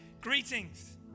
Greetings